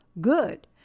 good